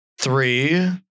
three